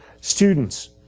Students